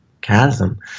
chasm